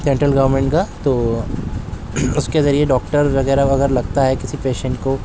central government کا تو اس کے ذریعے ڈاکٹر وغیرہ اگر لگتا ہے کہ کسی پیشنٹ کو